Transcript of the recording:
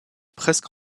presque